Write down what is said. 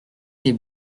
les